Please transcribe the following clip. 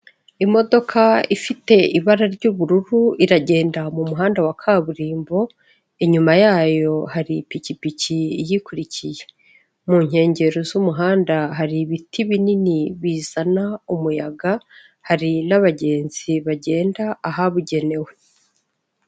Imodoka ifite ibara ry'ubururu iragenda mu muhanda wa kaburimbo inyuma yayo hari ipikipiki iyikurikiye, mu nkengero z'umuhanda hari ibiti binini bizana umuyaga, hari n'abagenzi bagenda ahabugenewe.